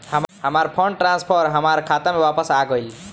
हमार fund transfer हमार खाता में वापस आ गइल